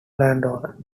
landowner